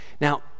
Now